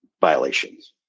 violations